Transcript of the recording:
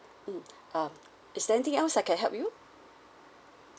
mm um is there anything else I can help you